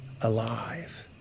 alive